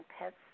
pets